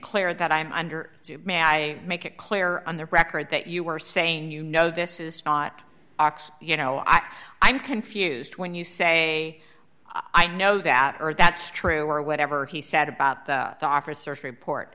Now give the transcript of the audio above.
clear that i am under i make it clear on the record that you are saying you know this is not ox you know i i'm confused when you say i know that or that's true or whatever he said about the officer's report